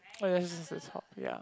oh ya it's this is hot ya